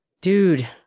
Dude